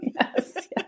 Yes